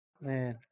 man